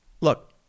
Look